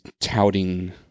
touting